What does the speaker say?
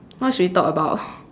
what should we talk about